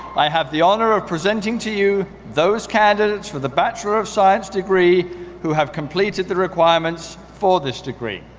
i have the honor of presenting to you those candidates for the bachelor of science degree who have completed the requirements for this degree.